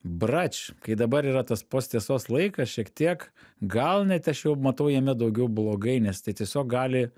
brač kai dabar yra tas posttiesos laikas šiek tiek gal net aš jau matau jame daugiau blogai nes tai tiesiog gali